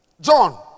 John